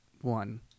one